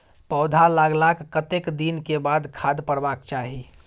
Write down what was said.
पौधा लागलाक कतेक दिन के बाद खाद परबाक चाही?